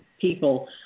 people